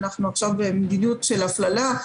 אנחנו עכשיו במדיניות של הפללה,